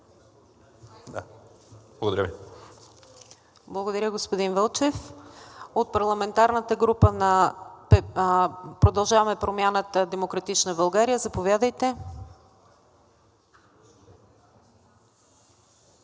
КУЗМАНОВА: Благодаря господин Вълчев. От парламентарната група на „Продължаваме Промяната – Демократична България“? Заповядайте.